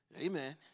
Amen